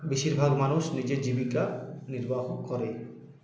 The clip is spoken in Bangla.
বেশিরভাগ মানুষ নিজের জীবিকা নির্বাহ করে